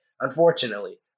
unfortunately